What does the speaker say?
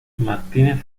martínez